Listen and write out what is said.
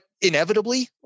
inevitably